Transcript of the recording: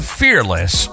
fearless